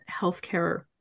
healthcare